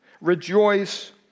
rejoice